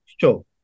sure